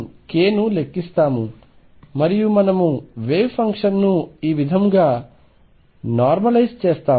కాబట్టి ఈ విధంగా మనం k ని లెక్కిస్తాము మరియు మనము వేవ్ ఫంక్షన్ను ఈ విధముగా నార్మలైజ్ చేస్తాము